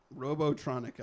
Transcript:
Robotronica